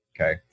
okay